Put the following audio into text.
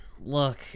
look